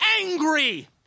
angry